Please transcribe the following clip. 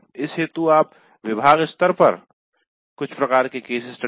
इस हेतु आप विभाग स्तर पर कुछ प्रकार के केस स्टडीज